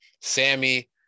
Sammy